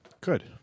Good